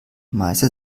meiste